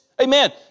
Amen